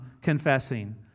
confessing